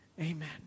Amen